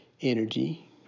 energy